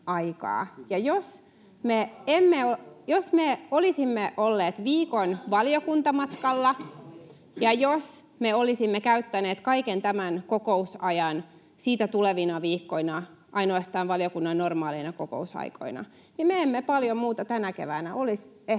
Jos me olisimme olleet viikon valiokuntamatkalla ja jos me olisimme käyttäneet kaiken tämän kokousajan siitä tulevina viikkoina ainoastaan valiokunnan normaaleina kokousaikoina, niin me emme paljon muuta tänä keväänä